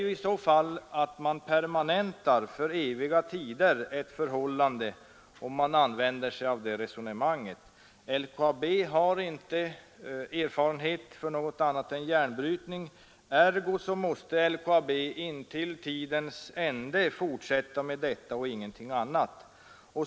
Man skulle för all framtid permanenta det nuvarande förhållandet, om man bara tillämpade resonemanget att LKAB inte har erfarenhet från något annan än järnbrytning — ergo måste LKAB in till tidens ände fortsätta med detta och ingenting annat.